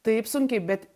taip sunkiai bet